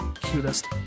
cutest